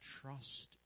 trust